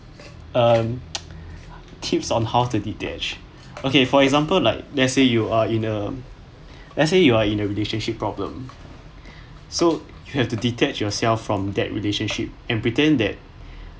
err tips on how to detach ok for example like let's say you are in a let's say you are in a relationship problem so you have to detach yourself from that relationship and pretend that